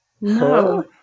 No